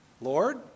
Lord